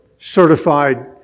certified